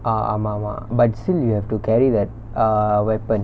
ah ஆமா ஆமா:aamaa aamaa but still you have to carry that err weapon